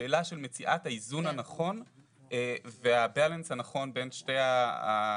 שאלה של מציאת האיזון הנכון בין הדברים.